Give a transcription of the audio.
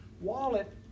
wallet